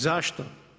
Zašto?